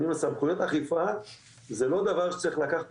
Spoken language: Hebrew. אני אומר שסמכויות אכיפה זה לא דבר שצריך לקחת